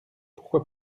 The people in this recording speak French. pourquoi